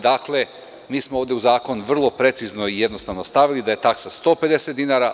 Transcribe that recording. Dakle, mi smo ovde u zakon vrlo i jednostavno stavili da je taksa 150 dinara.